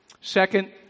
Second